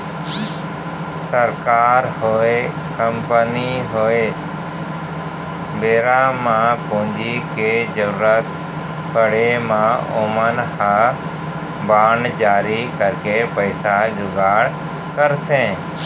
सरकार होय, कंपनी होय बेरा म पूंजी के जरुरत पड़े म ओमन ह बांड जारी करके पइसा जुगाड़ करथे